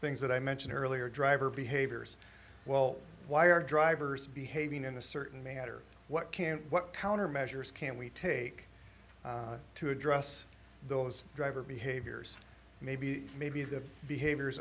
things that i mentioned earlier driver behaviors well why are drivers behaving in a certain matter what can what countermeasures can we take to address those driver behaviors maybe maybe their behaviors